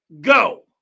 go